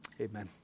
Amen